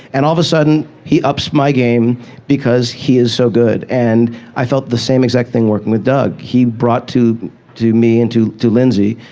and all the sudden, he ups my game because he is so good. and i felt the same exact thing working with doug. he brought to to me and to to lindsey